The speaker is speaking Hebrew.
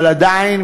אבל עדיין,